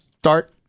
start